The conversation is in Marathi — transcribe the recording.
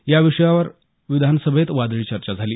या विषयावर विधानसभेत वादळी चर्चा झाली